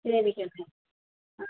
சரி கண்ணு